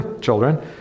children